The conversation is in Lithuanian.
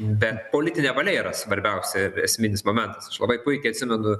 bet politinė valia yra svarbiausia esminis momentas labai puikiai atsimenu